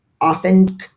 often